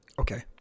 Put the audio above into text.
Okay